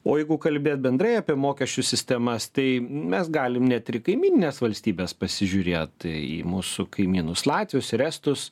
o jeigu kalbėt bendrai apie mokesčių sistemas tai mes galim net ir į kaimynines valstybes pasižiūrėt į mūsų kaimynus latvius ir estus